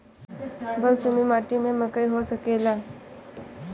बलसूमी माटी में मकई हो सकेला?